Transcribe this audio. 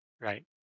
right